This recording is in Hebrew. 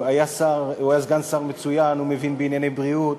הוא היה סגן שר מצוין, הוא מבין בענייני בריאות,